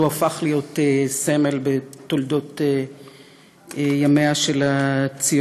אבל הוא הפך להיות סמל בתולדות ימיה של הציונות,